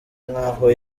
nk’aho